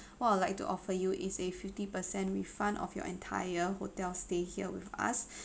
what I would like to offer you is a fifty percent refund of your entire hotel stay here with us